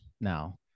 now